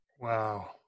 Wow